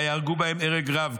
ויהרגו בהם הרג רב,